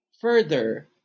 further